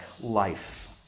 life